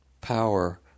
power